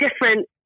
different